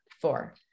Four